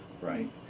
right